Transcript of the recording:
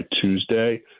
Tuesday